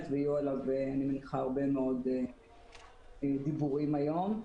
ויהיו עליו אני מניחה הרבה מאוד דיבורים היום.